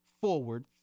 forward